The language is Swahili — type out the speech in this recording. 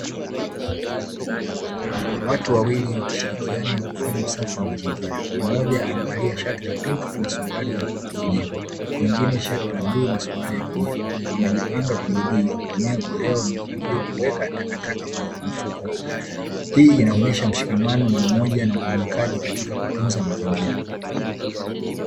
Watu wawili wakishirikiana kufanya usafi wa mazingira mmoja amevalia shati la pinki na suruali ya kijivu mwingine sharti la bluu na suruali ya kijivu wamejipanga kwa bidii kutumia koleo na ufagio kuweka takataka kwenye mfuko, hii inaonesha mshikamano na umoja na uwajibikaji katika kutunza mazingira.